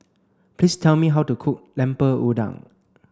please tell me how to cook Lemper Udang